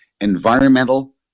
environmental